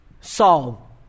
Saul